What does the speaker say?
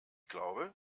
glaube